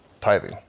Tithing